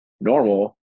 normal